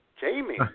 Jamie